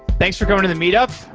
thanks for coming to the meetup.